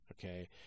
okay